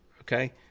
Okay